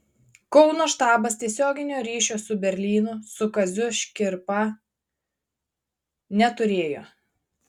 kauno štabas tiesioginio ryšio su berlynu su kaziu škirpa neturėjo